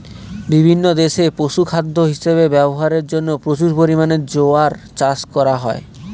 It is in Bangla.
বিভিন্ন দেশে পশুখাদ্য হিসাবে ব্যবহারের জন্য প্রচুর পরিমাণে জোয়ার চাষ করা হয়